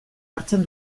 hartzen